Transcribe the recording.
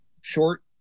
short